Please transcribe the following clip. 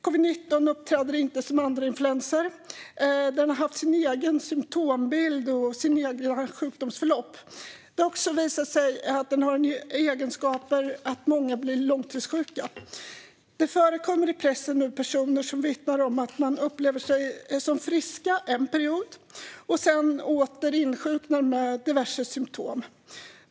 Covid-19 uppträder inte som andra influensor; den har sin egen symtombild och sitt eget sjukdomsförlopp. Den har också visat sig ha egenskapen att göra att många blir långtidssjuka. Det förekommer i pressen nu personer som vittnar om att de upplever sig som friska en period och att de sedan åter insjuknar med diverse symtom.